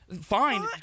Fine